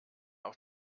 auf